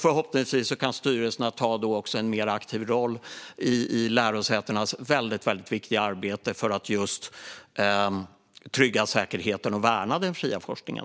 Förhoppningsvis kan styrelserna då också ta en mer aktiv roll i lärosätenas väldigt viktiga arbete för att trygga säkerheten och värna den fria forskningen.